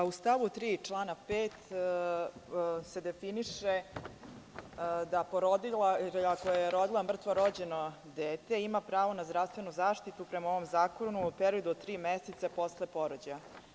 U stavu 3. člana 5. definiše se da porodilja koja je rodila mrtvo rođeno dete ima pravo na zdravstvenu zaštitu, prema ovom zakonu, u periodu od tri meseca posle porođaja.